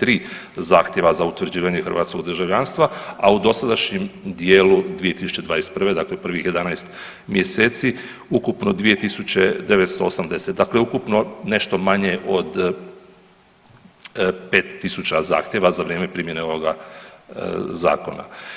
923 zahtjeva za utvrđivanje hrvatskog državljanstva, a u dosadašnjem dijelu 2021., dakle prvih 11 mjeseci ukupno 2 980, dakle ukupno, nešto manje od 5 tisuća zahtjeva za vrijeme primjene ovoga Zakona.